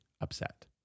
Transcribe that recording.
upset